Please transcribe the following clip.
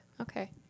Okay